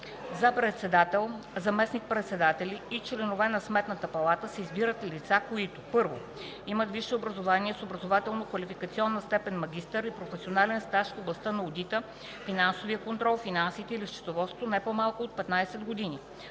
За председател, заместник-председатели и членове на Сметната палата се избират лица, които: 1. имат висше образование с образователно-квалификационна степен „магистър” и професионален стаж в областта на одита, финансовия контрол, финансите или счетоводството не по-малко от 15 години;